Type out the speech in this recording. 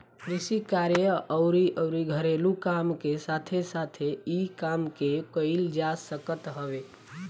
कृषि कार्य अउरी अउरी घरेलू काम के साथे साथे इ काम के कईल जा सकत हवे